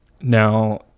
Now